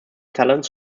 talents